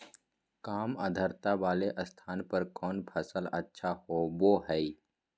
काम आद्रता वाले स्थान पर कौन फसल अच्छा होबो हाई?